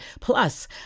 plus